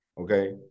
okay